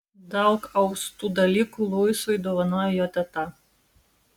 daug austų dalykų luisui dovanojo jo teta